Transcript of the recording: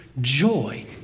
joy